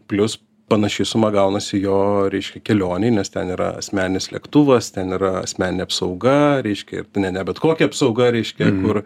plius panaši suma gaunasi jo reiškia kelionei nes ten yra asmeninis lėktuvas ten yra asmeninė apsauga reiškia ne ne bet kokia apsauga reiškia kur